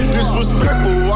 Disrespectful